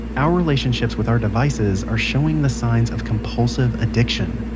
our relationships with our devices are showing the signs of compulsive addiction.